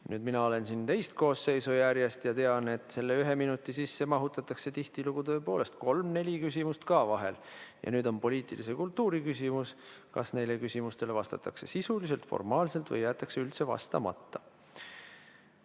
Mina olen siin teist koosseisu järjest ja tean, et selle ühe minuti sisse mahutatakse tihtilugu tõepoolest kolm-neli küsimust. Ja nüüd on poliitilise kultuuri küsimus, kas neile küsimustele vastatakse sisuliselt, formaalselt või jäetakse vastamata.